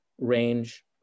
range